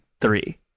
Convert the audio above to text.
three